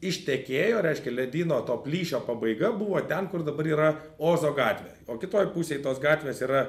ištekėjo reiškia ledyno to plyšio pabaiga buvo ten kur dabar yra ozo gatvė o kitoj pusėj tos gatvės yra